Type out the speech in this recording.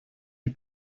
die